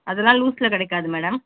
அதெல்லாம் லூஸில் கிடைக்காது மேடம்